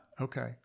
Okay